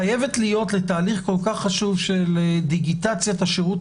חייבת להיות לתהליך כל כך חשוב של דיגיטציית השירות